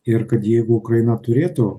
ir kad jeigu ukraina turėtų